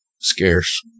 scarce